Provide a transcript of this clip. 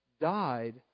died